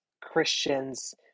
Christians